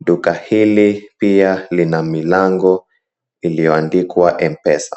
duka hili pia lina milango iliyoandikwa M-pesa.